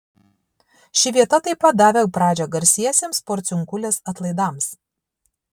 ši vieta tai pat davė pradžią garsiesiems porciunkulės atlaidams